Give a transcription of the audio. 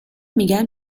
میگن